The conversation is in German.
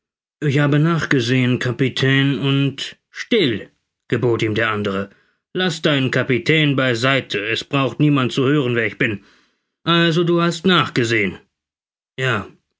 ich habe nachgesehen kapitän und still gebot ihm der andere laß deinen kapitän bei seite es braucht niemand zu hören wer ich bin also du hast nachgesehen ja